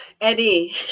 eddie